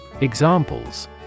Examples